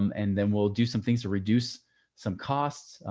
um and then we'll do some things to reduce some costs.